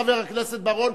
חבר הכנסת בר-און,